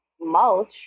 mulch